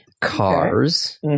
cars